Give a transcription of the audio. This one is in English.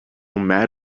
mad